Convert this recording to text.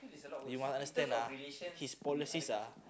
you must understand ah his policies ah